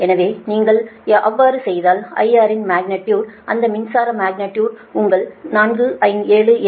எனவே நீங்கள் அவ்வாறு செய்தால் IR இன் மக்னிடியுடு அந்த மின்சார மக்னிடியுடு உங்களுக்கு 477